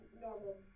normal